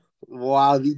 Wow